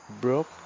broke